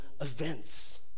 events